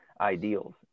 ideals